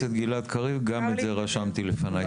חבר הכנסת גלעד קריב, גם את זה רשמתי לפני.